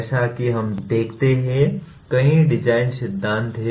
जैसा कि हम देखते हैं कई डिजाइन सिद्धांत हैं